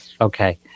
okay